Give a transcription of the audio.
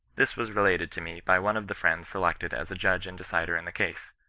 this was related to me by one of the friends selected as a judge and decider in the case.